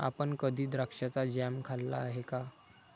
आपण कधी द्राक्षाचा जॅम खाल्ला आहे का?